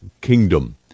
kingdom